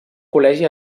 col·legi